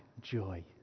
joy